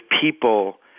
people